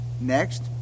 Next